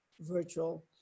virtual